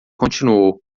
continuou